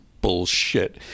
bullshit